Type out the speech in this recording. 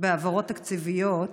בהעברות תקציביות